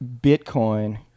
Bitcoin